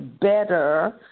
better